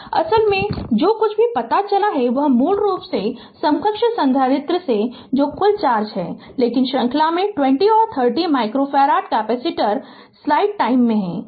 असल में जो कुछ भी पता चला है वह मूल रूप से समकक्ष संधारित्र से है जो कुल चार्ज है लेकिन श्रृंखला में 20 और 30 माइक्रोफ़ारड कैपेसिटर स्लाइड टाइम में हैं